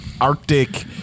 Arctic